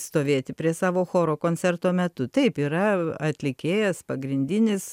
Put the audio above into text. stovėti prie savo choro koncerto metu taip yra atlikėjas pagrindinis